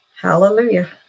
Hallelujah